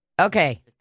okay